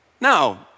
No